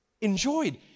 enjoyed